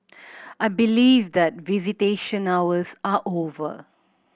I believe that visitation hours are over